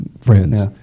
friends